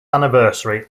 anniversary